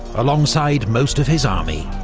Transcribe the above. alongside most of his army.